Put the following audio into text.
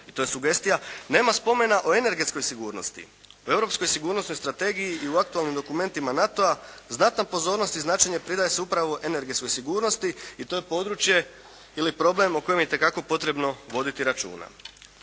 i to je sugestija, nema spomena o energetskoj sigurnosti. O europskoj sigurnosnoj strategiji i u aktualnim dokumentima NATO-a znatna pozornost i značenje pridaje se upravo energetskoj sigurnosti i to je područje ili problem o kojem je itekako potrebno voditi računa.